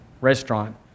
restaurant